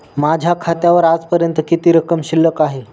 माझ्या खात्यावर आजपर्यंत किती रक्कम शिल्लक आहे?